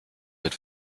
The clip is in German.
wird